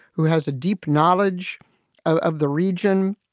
who has a deep knowledge of the region.